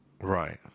Right